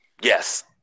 Yes